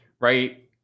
right